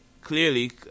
Clearly